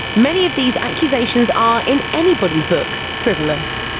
many of these accusations are, in anybody's book, frivolous.